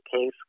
case